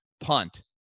Punt